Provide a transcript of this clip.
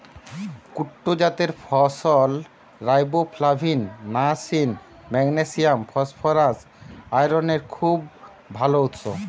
কুট্টু জাতের ফসল riboflavin, niacin, magnesium, phosphorus, আয়রনের খুব ভাল উৎস